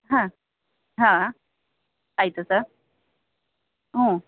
ಹಾಂ ಹಾಂ ಆಯಿತು ಸರ್ ಹ್ಞೂ